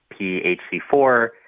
PHC4